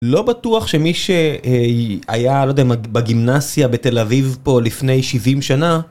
לא בטוח שמי שהיה, לא יודע, בגימנסיה בתל אביב פה לפני 70 שנה.